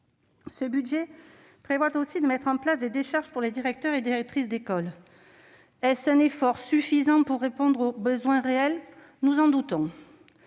Ce budget prévoit aussi de mettre en place des décharges pour les directeurs et directrices d'école. Est-ce un effort suffisant pour répondre aux besoins réels ? Nous en doutons.